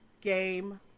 game